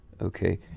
okay